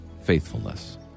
faithfulness